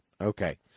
Okay